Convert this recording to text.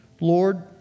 Lord